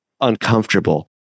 uncomfortable